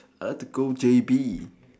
I like to go J_B